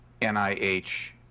NIH